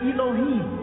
Elohim